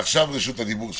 ועכשיו רשות הדיבור שלך.